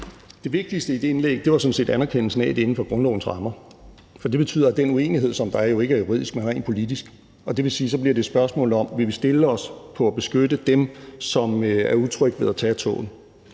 vigtigste i det indlæg var sådan set anerkendelsen af, at det er inden for grundlovens rammer, for det betyder, at den uenighed, som der er, jo ikke er juridisk, men rent politisk, og det vil sige, at det så bliver et spørgsmål om, om vi vil stille os på siden af og beskytte dem, som er utrygge ved at tage toget,